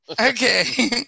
Okay